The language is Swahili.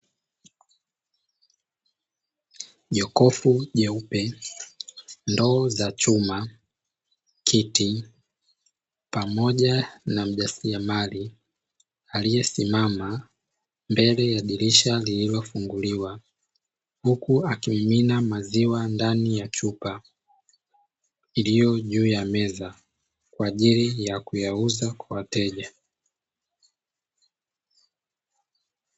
Jokofu jeupe, ndoo za chuma, kiti pamoja na mjasiliamali aliye simama mbele ya dirisha lililofunguliwa, huku akimimina maziwa ndani ya chupa iliyo juu ya meza kwa ajili ya kuyauza kwa wateja.